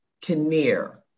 Kinnear